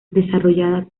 desarrollada